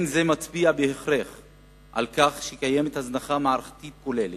אין זה מצביע בהכרח על כך שקיימת הזנחה מערכתית כוללת,